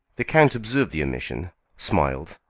the count observed the omission, smiled,